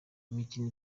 imikino